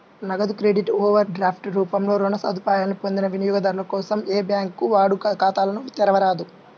నగదు credit, overdraft రూపంలో రుణ సదుపాయాలను పొందిన వినియోగదారుల కోసం ఏ బ్యాంకూ వాడుక ఖాతాలను తెరవరాదు